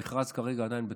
המכרז כרגע עדיין בתוקף,